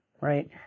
right